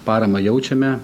paramą jaučiame